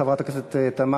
חברת הכנסת תמנו-שטה,